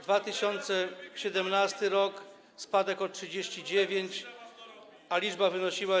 2017 r. - spadek o 39, a ich liczba wynosiła.